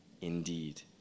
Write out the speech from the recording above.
indeed